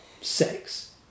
Sex